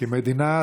כי מדינה,